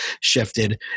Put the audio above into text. shifted